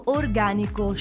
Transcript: organico